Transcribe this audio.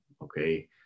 Okay